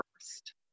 first